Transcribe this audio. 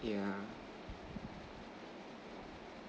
yeah